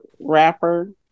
rapper